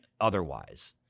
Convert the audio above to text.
otherwise